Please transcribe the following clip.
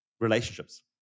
relationships